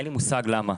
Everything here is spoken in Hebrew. אין לי מושג למה.